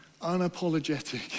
unapologetic